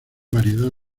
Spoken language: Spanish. variedad